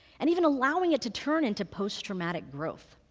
and even allowing it to turn into post-traumatic growth.